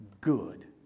good